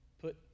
put